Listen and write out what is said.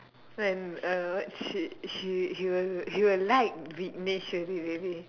and uh she he he will like Vickneshwary already